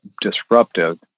disruptive